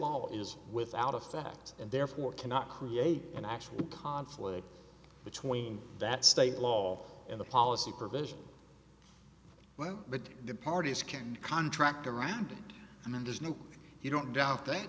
law is without effect and therefore cannot create an actual conflict between that state law and the policy provisions well because the parties can contract around and then there's no you don't doubt th